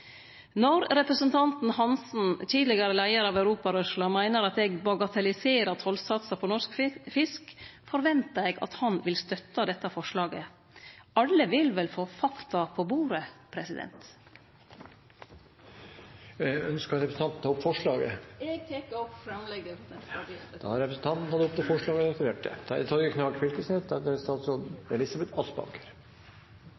Når representanten Hansen, tidlegare leiar av Europarørsla, meiner at eg bagatelliserer tollsatsar på norsk fisk, forventar eg at han vil støtte dette forslaget. Alle vil vel få fakta på bordet? Ønsker representanten å ta opp forslaget? Eg tek opp framlegget frå Senterpartiet. Representanten Liv Signe Navarsete har tatt opp det forslaget hun refererte til.